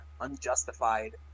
unjustified